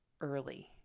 early